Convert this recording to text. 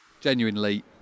Genuinely